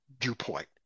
viewpoint